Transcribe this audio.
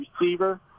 receiver